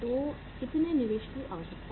तो कितने निवेश की आवश्यकता है